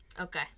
Okay